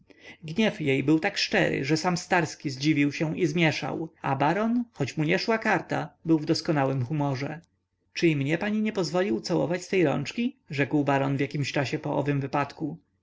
jej był tak szczery że sam starski zdziwił się i zmieszał a baron choć mu nie szła karta był w doskonałym humorze czy i mnie pani nie pozwoli ucałować swej rączki rzekł baron w jakiś czas po owym wypadku